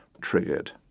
triggered